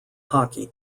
hockey